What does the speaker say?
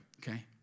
okay